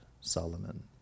Solomon